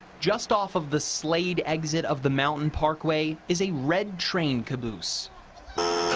just off of the slade exit of the mountain parkway is a red train caboose